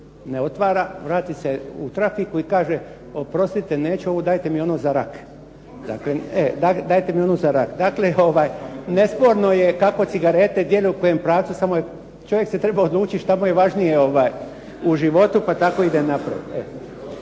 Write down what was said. Ne otvara, vrati se u trafiku i kaže: “Oprostite neću ovu, dajte mi onu za rak.“ Dakle, nesporno je kako cigarete djeluju, u kojem pravcu samo čovjek se treba odlučiti što mu je važnije u životu, pa tako ide naprijed.